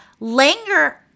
Langer